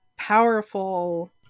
powerful